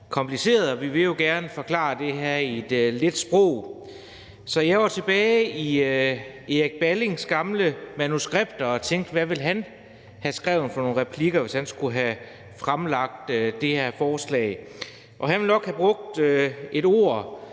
komplicerede, og vi vil jo gerne forklare dem i et let sprog, så jeg var tilbage i Erik Ballings gamle manuskripter og tænkte: Hvilke replikker ville han have skrevet, hvis han skulle have fremlagt det her forslag? Han ville nok have brugt et